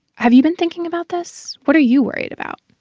have you been thinking about this? what are you worried about?